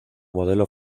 modelo